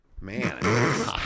Man